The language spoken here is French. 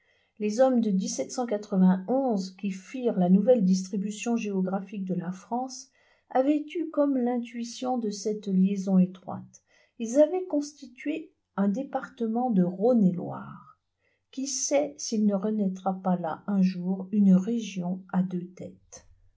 les hommes de qui firent la nouvelle distribution géographique de la france avaient eu comme l'intuition de cette liaison étroite ils avaient constitué un département de rhône et loire qui sait s'il ne renaîtra pas là un jour une région à deux têtes